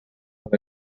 per